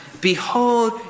Behold